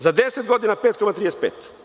Za 10 godina 5,35.